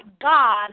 God